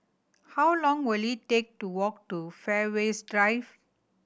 how long will it take to walk to Fairways Drive